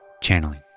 Channeling